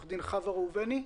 עורכת הדין חוה ראובני.